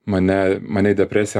mane mane į depresiją